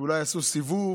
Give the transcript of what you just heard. שאולי עשו סיבוב